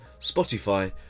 Spotify